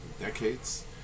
decades